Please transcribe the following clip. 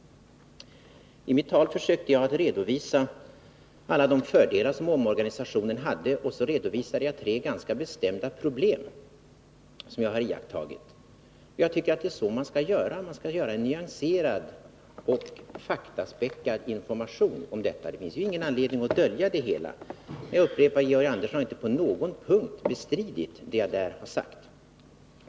I mitt tal försökte jag att redovisa alla de fördelar som omorganisationen hade, och jag redovisade också tre ganska bestämda problem som jag har iakttagit. Jag tycker att det är så man skall göra — man skall ge en nyanserad och faktaspäckad information om detta. Det finns ingen anledning att dölja något. Och jag upprepar att Georg Andersson inte på någon punkt bestridit vad jag har sagt.